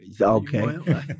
Okay